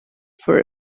for